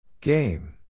Game